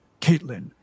Caitlin